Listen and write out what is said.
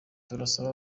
turasaba